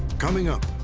coming up.